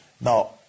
Now